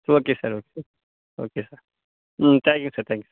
okay sir okay okay sir hmm thank you sir thank you sir